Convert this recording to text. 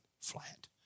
flat